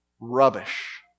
Rubbish